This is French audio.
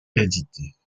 éditées